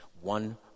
one